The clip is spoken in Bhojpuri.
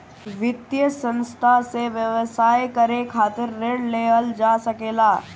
वित्तीय संस्था से व्यवसाय करे खातिर ऋण लेहल जा सकेला